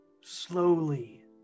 slowly